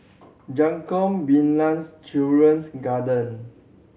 Jacob Ballas Children's Garden